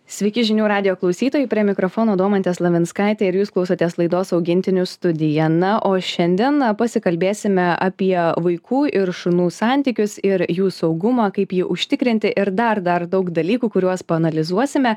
sveiki žinių radijo klausytojai prie mikrofono domantė slavinskaitė ir jūs klausotės laidos augintinių studija na o šiandien pasikalbėsime apie vaikų ir šunų santykius ir jų saugumą kaip jį užtikrinti ir dar dar daug dalykų kuriuos paanalizuosime